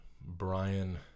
Brian